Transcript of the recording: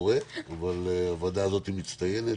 אבל הוועדה הזאת מצטיינת,